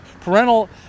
Parental